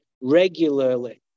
regularly